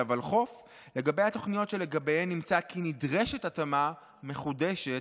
לגבי התוכניות שלגביהן נמצא כי נדרשת התאמה מחודשת,